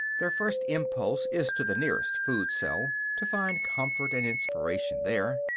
their first impulse is to the nearest food-cell, to find comfort and inspiration there.